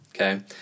Okay